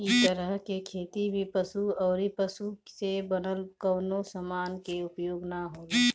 इ तरह के खेती में पशु अउरी पशु से बनल कवनो समान के उपयोग ना होला